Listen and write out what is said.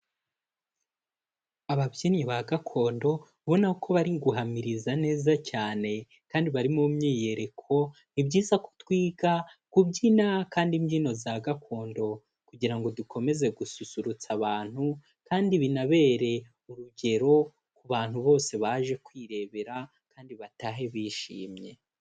Ababyinnyi ba gakondo, ubona ko bari guhamiriza neza cyane kandi bari mu myiyereko. Ni byiza ko twiga kubyina kandi imbyino za gakondo, kugira ngo dukomeze gususurutsa abantu, kandi binabere urugero ku bantu bose baje kwirebera, kandi batahe bishimye.